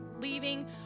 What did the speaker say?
leaving